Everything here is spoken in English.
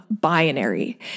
binary